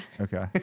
Okay